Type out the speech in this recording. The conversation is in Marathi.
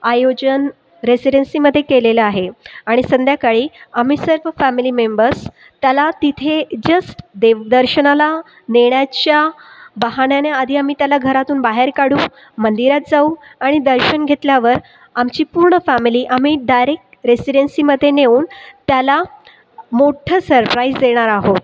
आयोजन रेसिडन्सीमध्ये केलेलं आहे आणि संध्याकाळी आम्ही सर्व फॅमिली मेंबर्स त्याला तिथे जस्ट देवदर्शनाला नेण्याच्या बहाण्याने आधी आम्ही त्याला घरातून बाहेर काढू मंदिरात जाऊ आणि दर्शन घेतल्यावर आमची पूर्ण फॅमिली आम्ही डायरेक्ट रेसिडन्सीमध्ये नेऊन त्याला मोठं सरप्राइज देणार आहोत